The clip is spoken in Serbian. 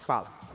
Hvala.